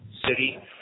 City